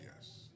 Yes